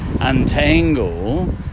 untangle